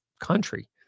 country